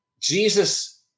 Jesus